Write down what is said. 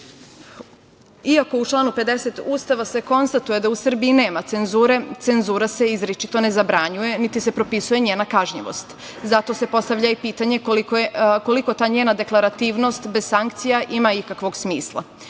se u članu 50. Ustava konstatuje da u Srbiji nema cenzure, cenzura se izričito ne zabranjuje, niti se propisuje njena kažnjivost. Zato se postavlja i pitanje – kolika ta njena deklarativnost bez sankcija ima ikakvog smisla?U